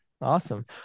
Awesome